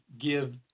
give